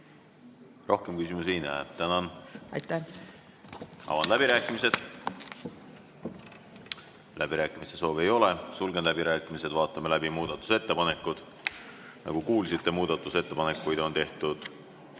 Rohkem küsimusi ei näe. Tänan! Aitäh! Aitäh! Avan läbirääkimised. Läbirääkimiste soovi ei ole, sulgen läbirääkimised. Vaatame läbi muudatusettepanekud. Nagu kuulsite, muudatusettepanekuid on tehtud